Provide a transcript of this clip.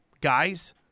guys